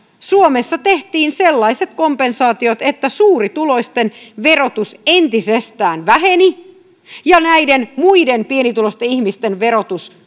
suomessa tehtiin suhteessa sellaiset kompensaatiot että suurituloisten verotus entisestään väheni ja näiden muiden pienituloisten ihmisten verotus